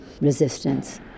resistance